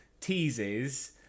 teases